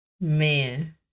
Man